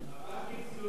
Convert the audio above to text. הבנקים סגורים.